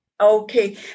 Okay